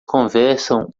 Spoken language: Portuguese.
conversam